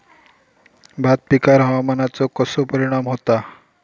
भात पिकांर हवामानाचो कसो परिणाम होता?